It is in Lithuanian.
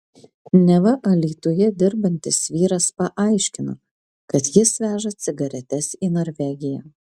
neva alytuje dirbantis vyras paaiškino kad jis veža cigaretes į norvegiją